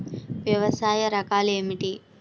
వ్యవసాయ రకాలు ఏమిటి?